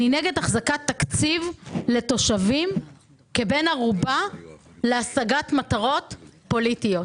אני נגד החזקת תקציב כבן ערובה להשגת מטרות פוליטיות.